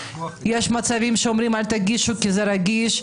יש מצבים שאומרים: אל תגישו כי זה רגיש.